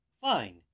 Fine